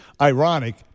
ironic